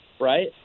right